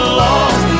lost